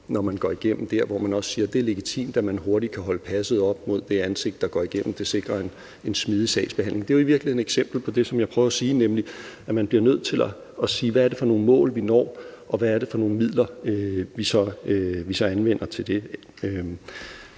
når man går igennem der, at man hurtigt kan holde passet op mod det ansigt på den person, der går igennem, for det sikrer en smidig sagsbehandling. Det er jo i virkeligheden et eksempel på det, som jeg prøvede at sige, nemlig at man bliver nødt til at se, hvad det er for nogle mål, vi når, og hvad det er for nogle midler, vi så anvender til det.